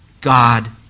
God